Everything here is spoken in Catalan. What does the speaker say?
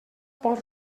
pot